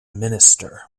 minister